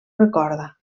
recorda